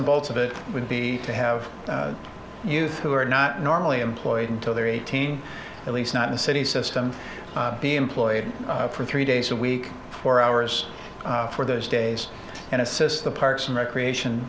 and bolts of it would be to have youth who are not normally employed until they're eighteen at least not in a city system be employed for three days a week for hours for those days and assist the parks and recreation